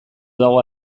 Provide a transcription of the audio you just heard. dago